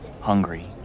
Hungry